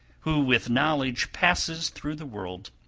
who with knowledge passes through the world,